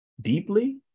deeply